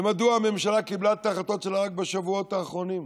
ומדוע הממשלה קיבלה את ההחלטות שלה רק בשבועות האחרונים?